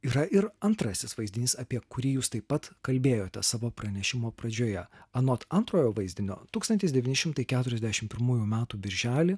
yra ir antrasis vaizdinys apie kurį jūs taip pat kalbėjote savo pranešimo pradžioje anot antrojo vaizdinio tūkstantis devyni šimtai keturiasdešimt pirmųjų metų birželį